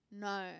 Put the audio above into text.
no